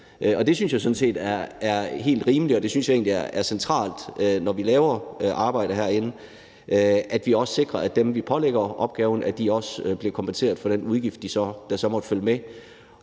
Jeg synes egentlig, det er rimeligt og centralt, at vi, når vi laver lovgivning, også sikrer, at dem, vi pålægger opgaven, også bliver kompenseret for den udgift, der så måtte følge med.